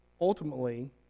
ultimately